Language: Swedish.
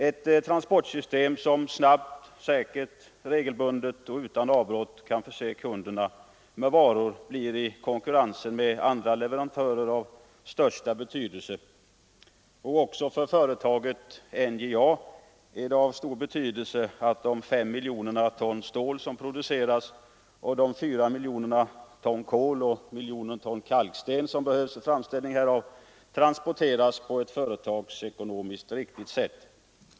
Ett transportsystem som snabbt, säkert, regelbundet och utan avbrott kan förse kunderna med varor blir i konkurrensen med andra leverantörer av största betydelse. För företaget NJA är det också av stor betydelse att de fem miljoner ton stål som produceras och de fyra miljoner ton kol och den miljon ton kalksten som behövs för framställning härav transporteras på ett företagsekonomiskt riktigt sätt.